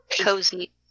cozy